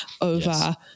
over